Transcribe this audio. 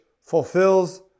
fulfills